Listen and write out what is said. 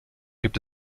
gibt